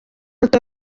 muto